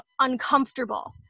uncomfortable